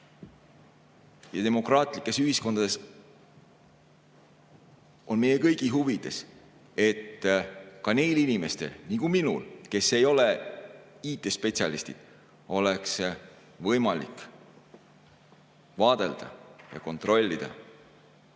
Demokraatlikes ühiskondades on meie kõigi huvides, et ka minusugustel inimestel, kes ei ole IT-spetsialistid, oleks võimalik vaadelda ja kontrollida valimiste